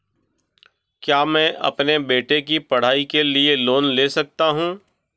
क्या मैं अपने बेटे की पढ़ाई के लिए लोंन ले सकता हूं?